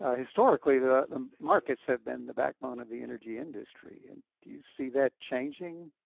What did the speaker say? ah historically, the the markets have been the backbone of the energy industry. and do you see that changing?